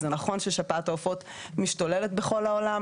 זה נכון ששפעת העופות משתוללת בכל העולם